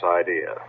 idea